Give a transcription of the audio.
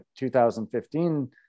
2015